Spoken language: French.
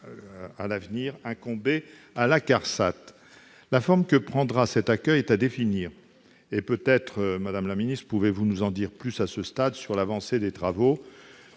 à l'avenir incomber à la CARSAT. La forme que prendra cet accueil est à définir et peut-être, madame la ministre, pouvez-vous nous en dire plus à ce stade sur l'avancée des travaux.